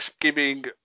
giving